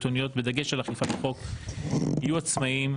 שלטוניות בדגש על אכיפת החוק יהיו עצמאים,